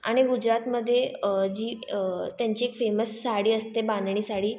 आणि गुजरातमध्ये जी त्यांची एक फेमस साडी असते बांधणी साडी